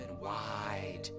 wide